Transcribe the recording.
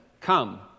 Come